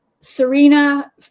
Serena